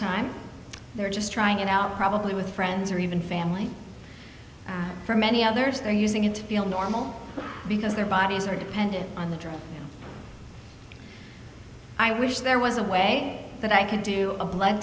time they're just trying it out probably with friends or even family for many others they're using it to feel normal because their bodies are dependent on the drug i wish there was a way that i could do a blood